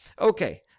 Okay